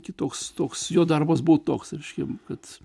kitoks toks jo darbas buvo toks reiškia kad